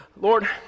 Lord